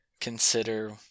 consider